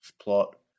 plot